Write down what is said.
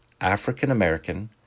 African-American